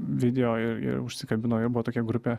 video ir ir užsikabino ir buvo tokia grupė